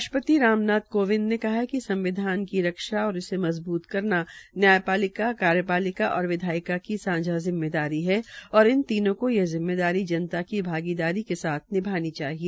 राष्ट्रपति राम नाथ कोविंद ने कहा है कि संविधान की रक्षा और इसे मजब्त करना न्यायापलिका कार्यपालिका और विधानपालिका की सांझा जिम्मेदारी है और इन तीनों को यह जिममेदारी जनता की भागीदारी के साथ निभागी चाहिए